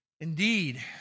Indeed